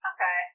Okay